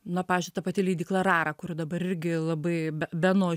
na pavyzdžiui ta pati leidykla rara kuri dabar irgi labai be beno